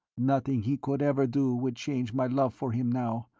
nothing he could ever do would change my love for him now,